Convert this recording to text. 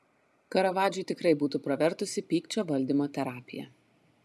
karavadžui tikrai būtų pravertusi pykčio valdymo terapija